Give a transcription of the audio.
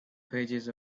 pages